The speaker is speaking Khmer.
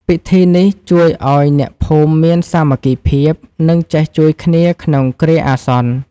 ពិធីនេះជួយឱ្យអ្នកភូមិមានសាមគ្គីភាព និងចេះជួយគ្នាក្នុងគ្រាអាសន្ន។